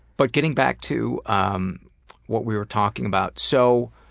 but getting back to um what we were talking about. so,